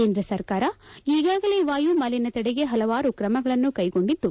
ಕೇಂದ್ರ ಸರ್ಕಾರ ಈಗಾಗಲೇ ವಾಯುಮಾಲೀನ್ಯ ತಡೆಗೆ ಪಲವಾರು ಕ್ರಮಗಳನ್ನು ಕೈಗೊಂಡಿದ್ದು